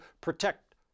protect